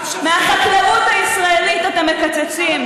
מהחקלאות הישראלית אתם מקצצים.